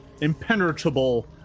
impenetrable